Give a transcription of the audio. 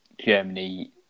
Germany